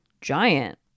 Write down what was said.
giant